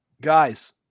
guys –